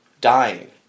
dying